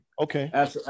Okay